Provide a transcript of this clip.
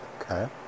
Okay